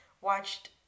watched